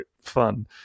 fun